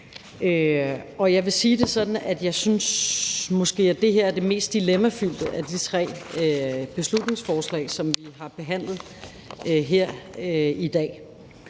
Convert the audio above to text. jeg synes, at det her måske er det mest dilemmafyldte af de tre beslutningsforslag, som vi behandler her i dag,